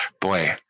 boy